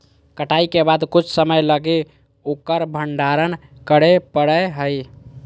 कटाई के बाद कुछ समय लगी उकर भंडारण करे परैय हइ